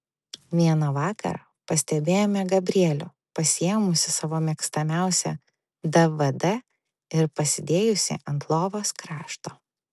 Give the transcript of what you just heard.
vieną vakarą pastebėjome gabrielių pasiėmusį savo mėgstamiausią dvd ir pasidėjusį ant lovos krašto